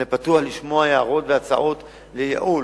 אני פתוח לשמוע הערות והצעות לייעול,